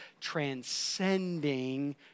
transcending